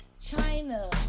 China